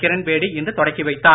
கிரண் பேடி இன்று தொடங்கி வைத்தார்